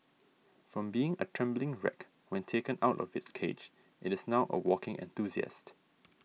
from being a trembling wreck when taken out of its cage it is now a walking enthusiast